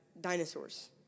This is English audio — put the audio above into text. Dinosaurs